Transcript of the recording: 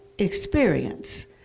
experience